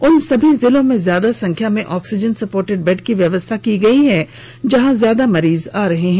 उन सभी जिलों में ज्यादा संख्या में ऑक्सीजन सपोर्टेड बेड की व्यवस्था की गई है जहां से ज्यादा मरीज आ रहे हैं